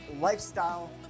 lifestyle